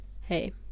hey